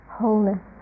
wholeness